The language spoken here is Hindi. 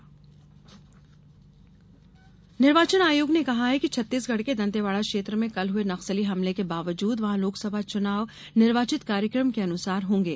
छत्तीसगढ़ हमला निर्वाचन आयोग ने कहा है कि छत्तीसगढ़ के दंतेवाड़ा क्षेत्र में कल हुए नक्सली हमले के बावजूद वहां लोकसभा चुनाव निर्वाचित कार्यक्रम के अनुसार होगे